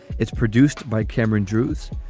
it's produced by cameron drewes.